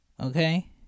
okay